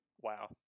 Wow